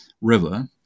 River